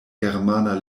germana